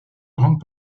grande